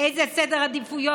באיזה סדר עדיפויות,